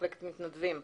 מחלקת מתנדבים.